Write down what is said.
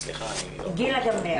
גילה גמליאל.